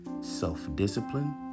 self-discipline